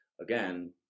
again